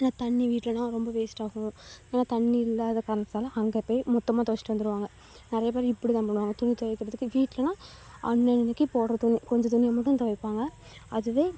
ஏன்னால் தண்ணி வீட்லேன்னா ரொம்ப வேஸ்ட் ஆகும் ஏன்னால் தண்ணி இல்லாத காரணத்துனால் அங்கே போய் மொத்தமாக துவச்சிட்டு வந்துடுவாங்க நிறைய பேர் இப்படிதான் பண்ணுவாங்க துணி துவைக்கிறதுக்கு வீட்லேலாம் அன்னன்றைக்கி போடுற துணி கொஞ்சம் துணியை மட்டும் துவைப்பாங்க அதுவே